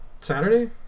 Saturday